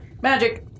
Magic